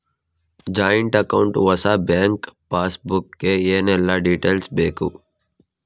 Joint account ಹೊಸ bank passbook ಗೆ ಏನೆಲ್ಲ ಡೀಟೇಲ್ಸ್ ಬೇಕು?